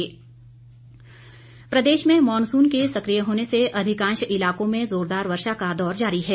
मौसम प्रदेश में मॉनसून के सकिय होने से अधिकांश इलाकों में जोरदार वर्षा का दौर जारी है